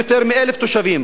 יותר מ-1,000 תושבים,